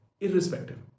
Irrespective